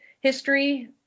history